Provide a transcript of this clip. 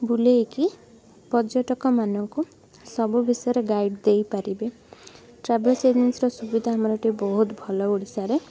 ବୁଲେଇକି ପର୍ଯ୍ୟଟକମାନଙ୍କୁ ସବୁ ବିଷୟରେ ଗାଇଡ୍ ଦେଇ ପାରିବେ ଟ୍ରାଭେଲ୍ସ ଏଜେନ୍ସିର ସୁବିଧା ଆମର ଏଠି ବହୁତ୍ ଭଲ ଓଡିଶାରେ